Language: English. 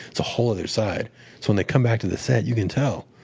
it's a whole other side. so when they come back to the set, you can tell.